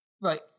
Right